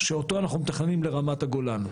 שאותו אנחנו מתכננים לרמת הגולן,